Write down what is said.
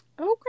Okay